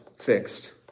fixed